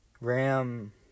Ram